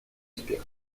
успеха